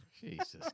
Jesus